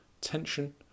tension